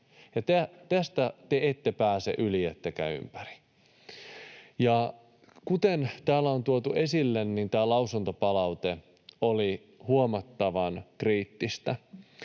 Tästä te ette pääse yli ettekä ympäri. Kuten täällä on tuotu esille, lausuntopalaute oli huomattavan kriittistä.